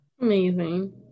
Amazing